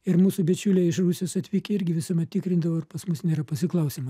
ir mūsų bičiuliai iš rusijos atvykę irgi visuomet tikrindavo ar pas mus nėra pasiklausymo